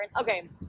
Okay